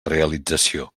realització